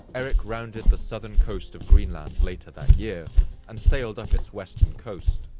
erik rounded the southern coast of greenland later that year and sailed up its western coast,